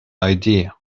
idea